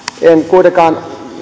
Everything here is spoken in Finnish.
en kuitenkaan